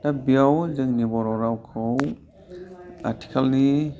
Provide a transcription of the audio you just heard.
दा बेयाव जोंनि बर' रावखौ आथिखालनि